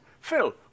Phil